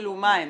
מה הן?